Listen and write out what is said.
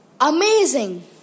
Amazing